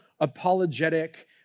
apologetic